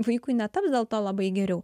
vaikui netaps dėl to labai geriau